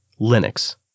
Linux